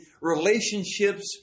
relationships